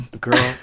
girl